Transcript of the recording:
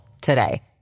today